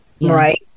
right